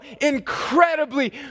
incredibly